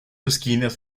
esquinas